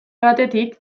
batetik